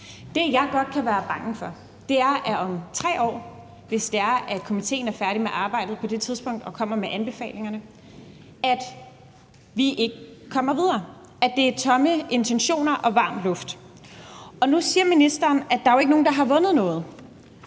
Det, jeg godt kan være bange for, er, at vi om 3 år, hvis det er, at komitéen er færdige med arbejdet på det tidspunkt og kommer med anbefalinger, ikke kommer videre, at det er tomme intentioner og varm luft. Nu siger ministeren, at der jo ikke er nogen, der har vundet noget.